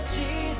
Jesus